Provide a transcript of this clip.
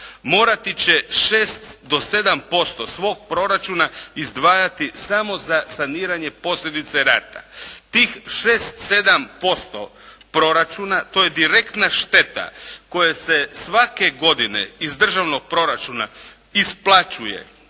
morati će 6 do 7% svog proračuna izdvajati samo za saniranje posljedica rata. Tih 6, 7% proračuna to je direktna šteta koja se svake godine iz državnog proračuna isplaćuje